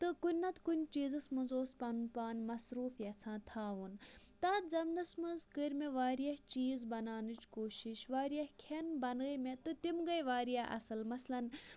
تہٕ کُنہِ نَتہٕ کُنہِ چیٖزَس منٛز اوس پَنُن پان مَصروٗف یَژھان تھاوُن تَتھ زَمنَس منٛز کٔرۍ مےٚ واریاہ چیٖز بَناونٕچ کوٗشِش واریاہ کھیٚن بَنٲے مےٚ تہٕ تِم گٔے واریاہ اَصٕل مَثلاً